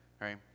right